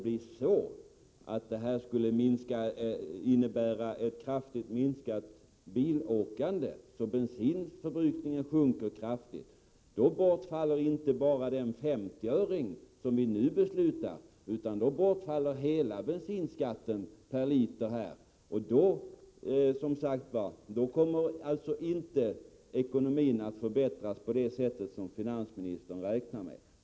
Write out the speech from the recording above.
Om detta skulle innebära ett kraftigt minskat bilåkande — därmed sjunker ju bensinförbrukningen kraftigt — bortfaller inte bara den femtioöring som vi nu skall fatta beslut om utan också all skatt på varje insparad liter bensin. Då kommer ekonomin, som sagt, inte att förbättras på det sätt som finansministern räknar med.